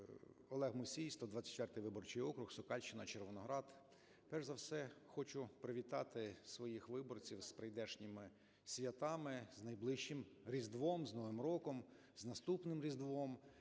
Олег Мусій, 124 виборчий округ Сокальщина, Червоноград. Перш за все, хочу привітати своїх виборців з прийдешніми святами, з найближчим Різдвом, з Новим роком, з наступним Різдвом